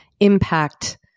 impact